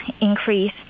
increase